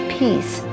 peace